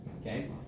okay